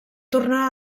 tornar